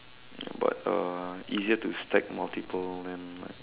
but uh easier to stack multiple then like